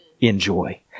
enjoy